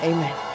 Amen